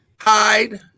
hide